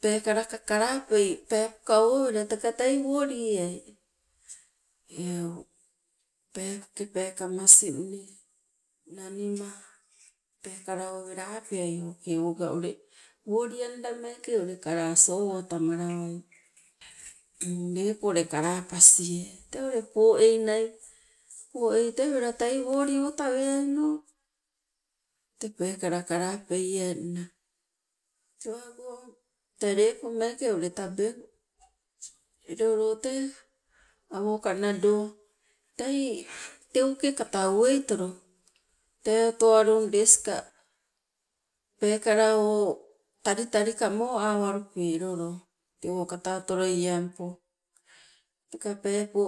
Peekala ka kalapei peepoka owela teke tei wolieai eu peepoke peekamasinne nanima peekala owela apeai okei oga ule wolianda leko kala sowo tamalawai lepo ule kalapasie. Tee ule poeinai poei tee wela tei wolio taweaino tee peekala kalapeienna, tewango tee lepo meeke tabeng. Elo loo tee awoka nado tei teuke kata uweitolo tee otowalungleska peekala o talitali ka mo awalupe elo loo tewo kata otoloiengpo. Teka peepo